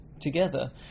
together